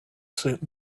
suit